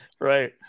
Right